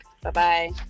Bye-bye